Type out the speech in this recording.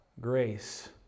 grace